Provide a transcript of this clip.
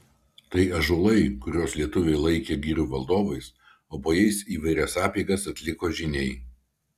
tai ąžuolai kuriuos lietuviai laikė girių valdovais o po jais įvairias apeigas atliko žyniai